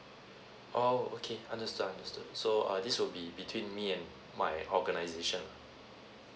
oh okay understood understood so uh this will be between me and my organisation lah